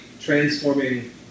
transforming